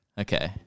Okay